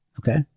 okay